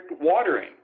watering